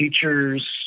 teachers